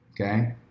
Okay